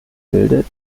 bildet